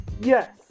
yes